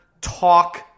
talk